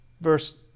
verse